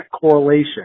correlation